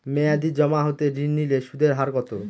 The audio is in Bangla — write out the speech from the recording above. মেয়াদী জমা হতে ঋণ নিলে সুদের হার কত?